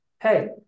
hey